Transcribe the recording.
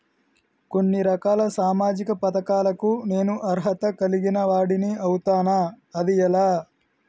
కొన్ని రకాల సామాజిక పథకాలకు నేను అర్హత కలిగిన వాడిని అవుతానా? అది ఎలా?